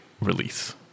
release